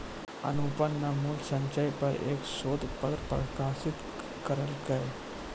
अनुपम न मूल्य संचय पर एक शोध पत्र प्रकाशित करलकय